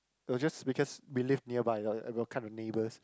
no just because we live nearby and and we're kind of neighbours